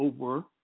over